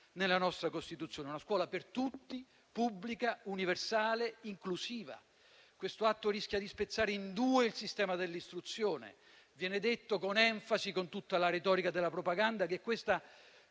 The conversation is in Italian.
nella nostra Costituzione: una scuola per tutti, pubblica, universale e inclusiva. Questo atto rischia di spezzare in due il sistema dell'istruzione. Viene detto, con enfasi, con tutta la retorica della propaganda, che questa